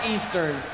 Eastern